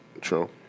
True